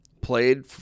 played